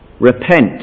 repent